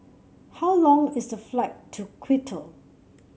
how long is the flight to Quito